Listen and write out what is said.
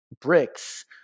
bricks